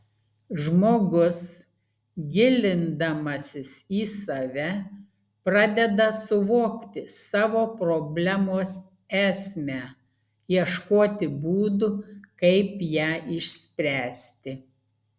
žmogus gilindamasis į save pradeda suvokti savo problemos esmę ieškoti būdų kaip ją išspręsti